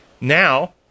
now